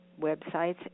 websites